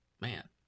man